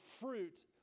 fruit